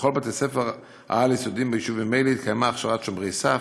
בכל בתי-הספר העל-יסודיים ביישובים אלה התקיימה הכשרת "שומרי סף".